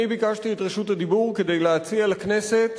אני ביקשתי את רשות הדיבור כדי להציע לכנסת